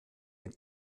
wenn